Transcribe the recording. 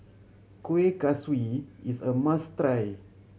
Kuih Kaswi is a must try